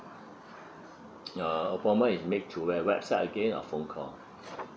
uh appointment is made through your website again or phone call